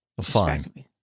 Fine